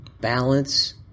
balance